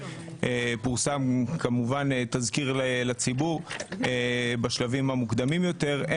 פורסם תזכיר לציבור בשלבים המוקדמים יותר כמובן,